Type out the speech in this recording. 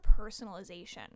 personalization